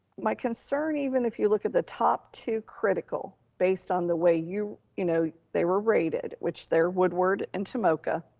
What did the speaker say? my concern, even if you look at the top two critical, based on the way you, you know, they were rated, which they're woodward and tomoka,